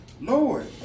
Lord